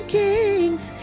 kings